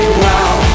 wow